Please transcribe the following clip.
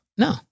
No